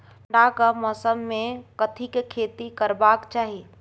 ठंडाक मौसम मे कथिक खेती करबाक चाही?